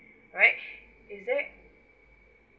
alright is there